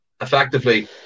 effectively